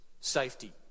safety